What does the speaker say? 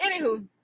Anywho